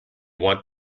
want